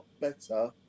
better